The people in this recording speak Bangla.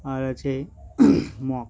আর আছে মগ